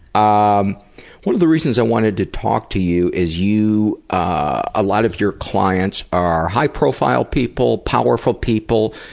um one of the reasons i wanted to talk to you is, a ah ah lot of your clients are high profile people, powerful people,